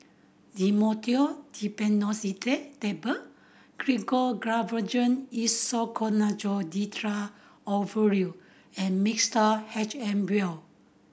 Dhamotil Diphenoxylate Tablet Gyno Travogen Isoconazole Nitrate Ovule and Mixtard H M Vial